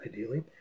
ideally